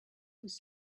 was